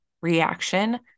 reaction